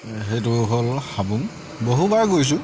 সেইটো হ'ল হাবুং বহুবাৰে গৈছোঁ